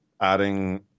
adding